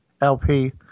LP